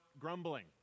grumbling